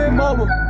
mobile